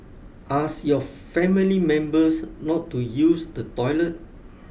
ask your family members not to use the toilet